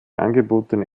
angebotene